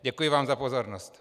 Děkuji vám za pozornost.